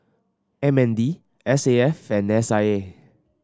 M N D S A F and S I A